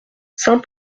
saint